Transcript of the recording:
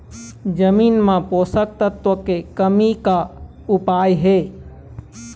जमीन म पोषकतत्व के कमी का उपाय हे?